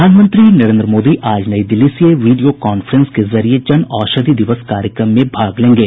प्रधानमंत्री नरेन्द्र मोदी आज नई दिल्ली से वीडियो कांफ्रेंस के जरिए जन औषधि दिवस कार्यक्रम में भाग लेंगे